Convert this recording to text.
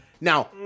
now